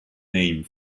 name